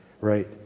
right